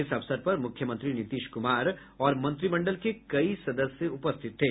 इस अवसर पर मुख्यमंत्री नीतीश कुमार और मंत्रिमंडल के कई सदस्य उपस्थित थे